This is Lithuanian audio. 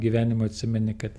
gyvenimui atsimeni kad